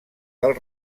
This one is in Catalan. del